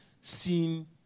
seen